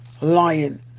lion